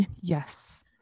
yes